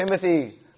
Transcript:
Timothy